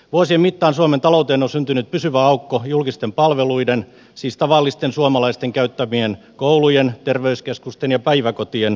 vuosien mittaan suomen talouteen on syntynyt pysyvä aukko julkisten palveluiden siis tavallisten suomalaisten käyttämien koulujen terveyskeskusten ja päiväkotien rahoitukseen